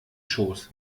schoß